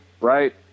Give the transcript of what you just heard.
Right